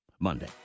Monday